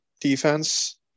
defense